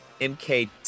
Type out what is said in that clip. mk